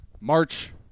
March